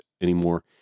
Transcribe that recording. anymore